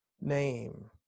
name